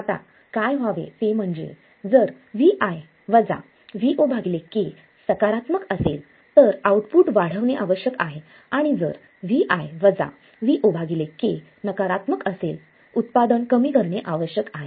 आता काय व्हावे ते म्हणजे जर Vi Vo k सकारात्मक असेल तर आउटपुट वाढवणे आवश्यक आहे आणि जर Vi Vo k नकारात्मक असेल उत्पादन कमी करणे आवश्यक आहे